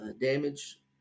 damage